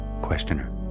Questioner